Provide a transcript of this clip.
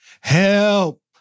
help